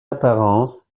apparences